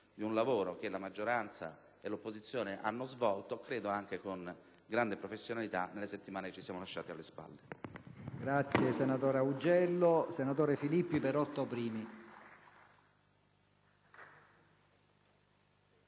di un lavoro che la maggioranza e l'opposizione hanno svolto, credo anche con grande professionalità nelle settimane che ci siamo lasciati alle spalle.